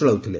ଚଳାଉଥିଲେ